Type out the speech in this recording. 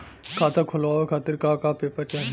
खाता खोलवाव खातिर का का पेपर चाही?